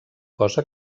cosa